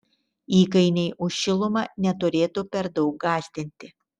įkainiai už šilumą neturėtų per daug gąsdinti